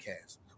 cast